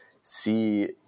see